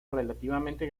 relativamente